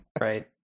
Right